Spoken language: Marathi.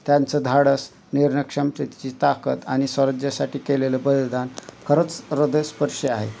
त्यांचं धाडस निर्णय क्षमतेची ताकत आणि स्वराज्यासाठी केलेलं बलिदान खरंच हृदय स्पर्शी आहे